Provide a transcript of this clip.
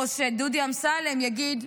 או שדודי אמסלם יגיד: